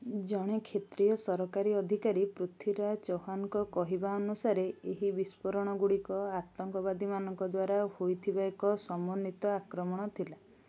ଜଣେ କ୍ଷେତ୍ରୀୟ ସରକାରୀ ଅଧିକାରୀ ପୃଥ୍ୱୀରାଜ୍ ଚହ୍ଵାଣ୍ଙ୍କ କହିବା ଅନୁସାରେ ଏହି ବିସ୍ଫୋରଣ ଗୁଡ଼ିକ ଆତଙ୍କବାଦୀମାନଙ୍କ ଦ୍ୱାରା ହୋଇଥିବା ଏକ ସମନ୍ୱିତ ଆକ୍ରମଣ ଥିଲା